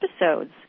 episodes